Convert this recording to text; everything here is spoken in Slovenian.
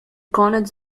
konec